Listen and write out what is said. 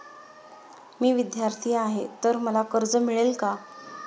मी विद्यार्थी आहे तर मला कर्ज मिळेल का?